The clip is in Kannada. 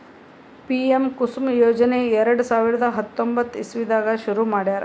ಪಿಎಂ ಕುಸುಮ್ ಯೋಜನೆ ಎರಡ ಸಾವಿರದ್ ಹತ್ತೊಂಬತ್ತ್ ಇಸವಿದಾಗ್ ಶುರು ಮಾಡ್ಯಾರ್